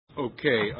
Okay